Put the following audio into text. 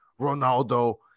Ronaldo